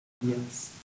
Yes